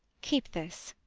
keep this.